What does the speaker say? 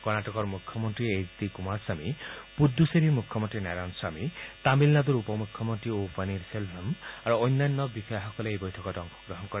কৰ্ণাটকৰ মুখ্যমন্ত্ৰী H D Kumaraswamy পুডুচেৰীৰ মুখ্যমন্ত্ৰী নাৰায়ণস্বামী তামিলনাডুৰ উপ মুখ্যমন্ত্ৰী অ' পনীৰছেলভাম আৰু অন্যান্য বিষয়াসকলে এই বৈঠকত অংশগ্ৰহণ কৰে